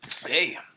hey